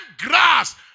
grass